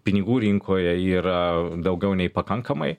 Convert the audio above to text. pinigų rinkoje yra daugiau nei pakankamai